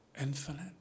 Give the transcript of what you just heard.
infinite